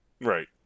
Right